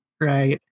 right